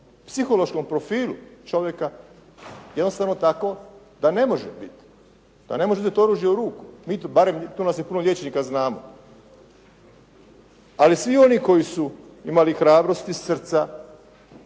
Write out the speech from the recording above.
psihološkom profilu čovjeka, jednostavno tako da ne može biti, da ne može uzeti oružje u ruku, mi tu, barem tu nas je puno liječnika, znamo. Ali svi oni koji su imali hrabrosti, srca,